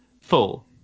full